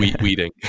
Weeding